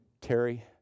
Terry